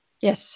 yes